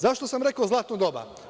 Zašto sam rekao zlatno doba?